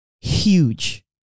huge